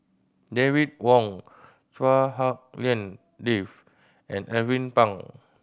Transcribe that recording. David Wong Chua Hak Lien Dave and Alvin Pang